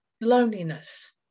loneliness